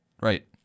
Right